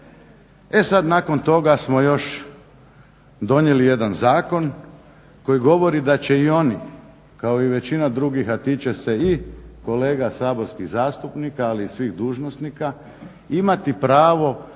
E sad nakon toga smo još donijeli jedan zakon koji govori da će i oni kako i većina drugih, a tiče se i kolega saborskih zastupnika, ali i svih dužnosnika imati pravo